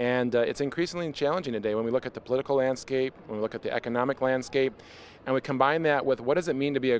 and it's increasingly challenging today when we look at the political landscape and look at the economic landscape and we combine that with what does it mean to be a